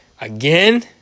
again